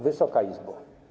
Wysoka Izbo!